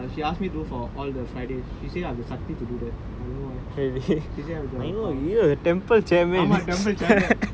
we did the prayers for three days err she ask me do all the fridays she say I got something to do I don't know why she said of the power